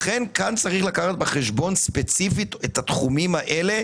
לכן כאן צריך לקחת בחשבון ספציפית את התחומים האלה